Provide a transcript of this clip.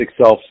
self